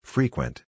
Frequent